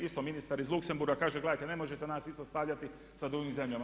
Isto ministar iz Luksemburga kaže gledajte ne možete nas isto stavljati sa drugim zemljama.